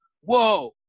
whoa